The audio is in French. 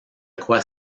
crois